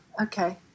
okay